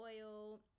oil